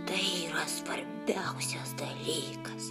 tai yra svarbiausias dalykas